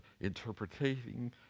interpreting